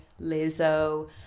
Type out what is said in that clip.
Lizzo